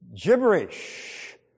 gibberish